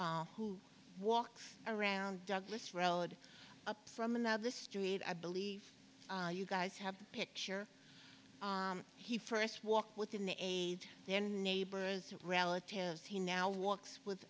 who walks around douglas road up from another street i believe you guys have a picture he first walked within the aid then neighbors relatives he now walks with